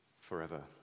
forever